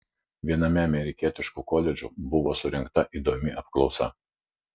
viename amerikietiškų koledžų buvo surengta įdomi apklausa